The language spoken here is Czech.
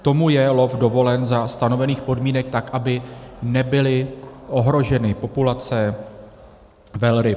Tomu je lov dovolen za stanovených podmínek tak, aby nebyly ohroženy populace velryb.